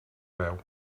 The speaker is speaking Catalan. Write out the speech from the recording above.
veu